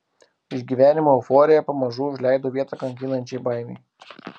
išgyvenimo euforija pamažu užleido vietą kankinančiai baimei